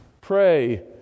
Pray